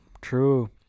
True